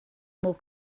more